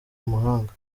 mahanga